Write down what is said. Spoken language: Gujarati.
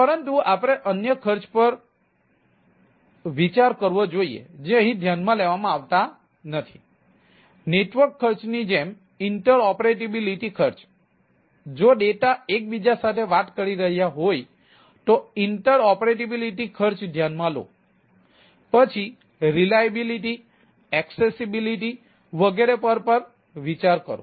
પરંતુ આપણે અન્ય ખર્ચ પર પણ વિચાર કરવો જોઈએ જે અહીં ધ્યાનમાં લેવામાં આવતા નથી નેટવર્ક ખર્ચ ની જેમ ઇન્ટરઓપેરાટીબીલીટી ખર્ચ વગેરે પર વિચાર કરો